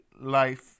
life